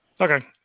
Okay